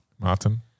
Martin